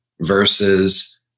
versus